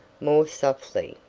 more softly,